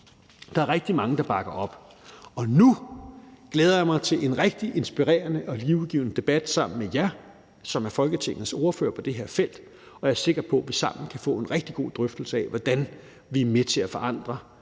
Der er rigtig mange, der bakker op. Nu glæder jeg mig til en rigtig inspirerende og livgivende debat sammen med jer, som er Folketingets ordførere på det her felt, og jeg er sikker på, at vi sammen kan få en rigtig god drøftelse af, hvordan vi er med til at forandre